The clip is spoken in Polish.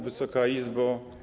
Wysoka Izbo!